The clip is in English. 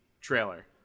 trailer